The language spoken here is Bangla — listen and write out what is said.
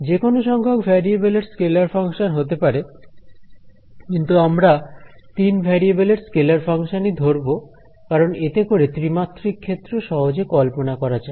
যেকোনো সংখ্যক ভেরিয়েবলের স্কেলার ফাংশন হতে পারে কিন্তু আমরা তিন ভেরিয়েবলের স্কেলার ফাংশন ই ধরবো কারণ এতে করে ত্রিমাত্রিক ক্ষেত্র সহজে কল্পনা করা যায়